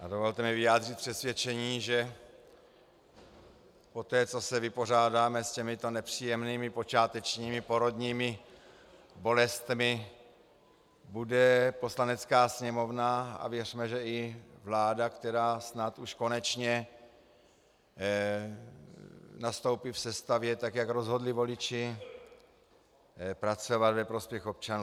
Dovolte mi vyjádřit přesvědčení, že poté co se vypořádáme s těmito nepříjemnými počátečními porodními bolestmi, bude Poslanecká sněmovna a věřme, že i vláda, která snad už konečně nastoupí v sestavě tak, jak rozhodli voliči, pracovat ve prospěch občanů.